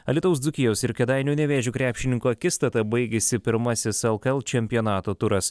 alytaus dzūkijos ir kėdainių nevėžio krepšininkų akistata baigėsi pirmasis lkl čempionato turas